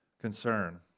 concern